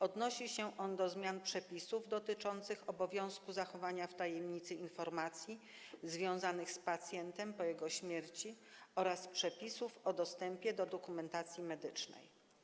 Odnosi się ona do zmian przepisów dotyczących obowiązku zachowania w tajemnicy informacji związanych z pacjentem po jego śmierci oraz przepisów o dostępie do dokumentacji medycznej.